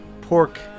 pork